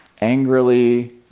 angrily